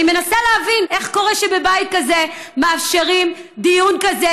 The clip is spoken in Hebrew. אני מנסה להבין איך קורה שבבית כזה מאפשרים דיון כזה,